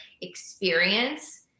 experience